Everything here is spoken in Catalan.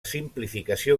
simplificació